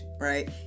right